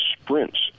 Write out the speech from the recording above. sprints